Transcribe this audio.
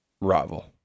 rival